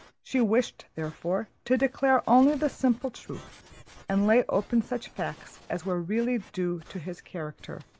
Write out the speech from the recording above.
she wished, therefore, to declare only the simple truth and lay open such facts as were really due to his character,